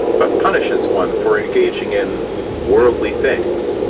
but punishes one for engaging in worldly things,